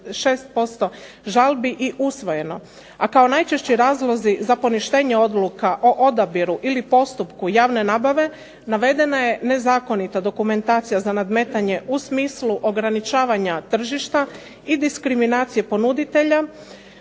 žalbi i usvojeno a kao najčešći razlozi za poništenje odluka o odabiru ili postupku javne nabave navedena je nezakonita dokumentacija za nadmetanje u smislu ograničavanja tržišta i diskriminacije ponuditelja